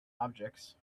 objects